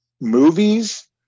movies